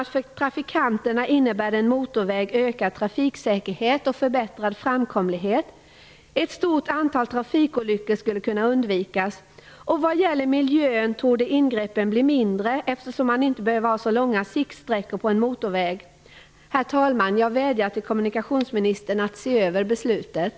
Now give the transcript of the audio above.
För trafikanterna innebär en motorväg ökad trafiksäkerhet och förbättrad framkomlighet. Ett stort antal trafikolyckor skulle kunna undvikas. Vad gäller miljön torde ingreppen bli mindre, eftersom man inte behöver ha så långa siktsträckor på en motorväg. Herr talman! Jag vädjar till kommunikationsministern att se över beslutet.